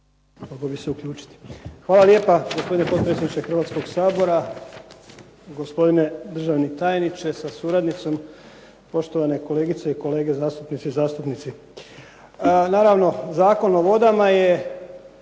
Hvala lijepa gospodine potpredsjedniče Hrvatskog sabora, gospodine državni tajniče sa suradnicom, poštovane kolegice i kolege zastupnice i zastupnici. Naravno Zakon o vodama je